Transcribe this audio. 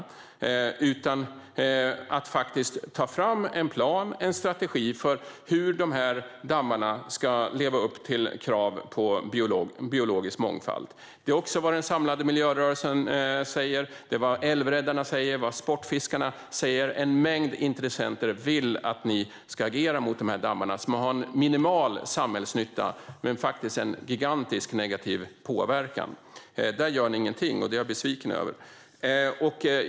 I stället hade ni kunnat ta fram en plan och en strategi för hur dessa dammar ska leva upp till kraven på biologisk mångfald. Det är också vad den samlade miljörörelsen säger, och det är vad Älvräddarna och Sportfiskarna säger. En mängd intressenter vill att ni ska agera mot dessa dammar, som har minimal samhällsnytta men faktiskt gigantisk negativ påverkan. Där gör ni ingenting, och det är jag besviken över.